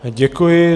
Děkuji.